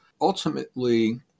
ultimately